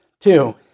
Two